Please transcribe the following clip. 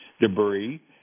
debris